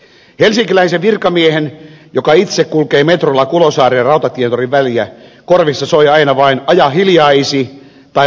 helsinkiläisen virkamiehen joka itse kulkee metrolla kulosaarirautatientori väliä korvissa soi aina vain aja hiljaa isi tai malmstenin liikennelaulu